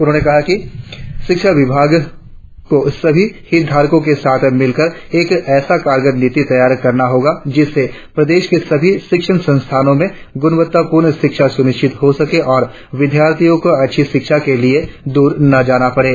उन्होंने कहा कि शिक्षा विभाग को सभी हितधारकों के साथ मिलकर एक ऐसी कारगर नीति तैयार करनी होगी जिससे प्रदेश के सभी शिक्षन संस्थानों में गुणवत्तापूर्ण शिक्षा सुनिश्चित हो सके और विद्यार्थियों को अच्छी शिक्षा के लिए दूर न जाना पड़े